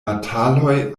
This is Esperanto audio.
bataloj